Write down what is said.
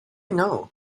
know